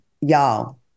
y'all